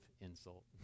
insult